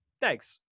thanks